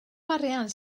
arian